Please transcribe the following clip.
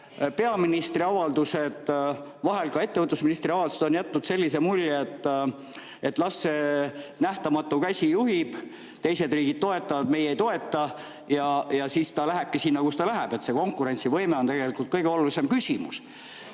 Peaministri avaldused, vahel ka ettevõtlusministri avaldused on jätnud sellise mulje, et las see nähtamatu käsi juhib. Teised riigid toetavad, meie ei toeta, ja siis ta lähebki sinna, kuhu ta läheb. Konkurentsivõime on tegelikult kõige olulisem küsimus.